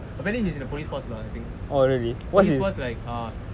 apparently he's in the police force lah I think police force like err